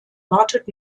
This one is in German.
wartet